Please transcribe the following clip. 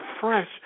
fresh